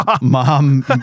mom